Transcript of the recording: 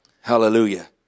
hallelujah